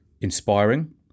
inspiring